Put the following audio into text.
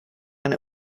and